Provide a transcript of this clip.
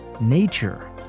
nature